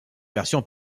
version